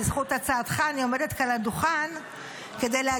בזכות הצעתך אני עומדת כאן על הדוכן,